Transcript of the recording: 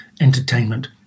entertainment